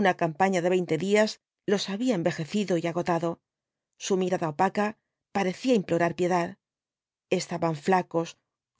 una campaña de veinte días los había envejecido y agotado su mirada opaca parecía implorar piedad estaban flacos